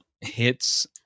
hits